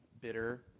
bitter